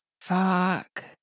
Fuck